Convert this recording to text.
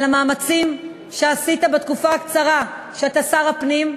על המאמצים שעשית בתקופה הקצרה שאתה שר הפנים,